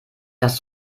das